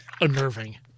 unnerving